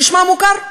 נשמע מוכר?